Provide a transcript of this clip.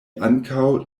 ankaŭ